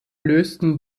lösten